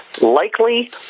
likely